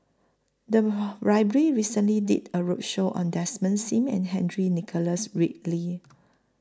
The Library recently did A roadshow on Desmond SIM and Henry Nicholas Ridley